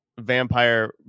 vampire